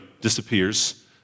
disappears